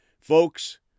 Folks